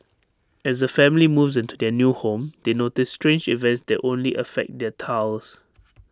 as A family moves into their new home they notice strange events that only affect their tiles